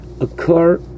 occur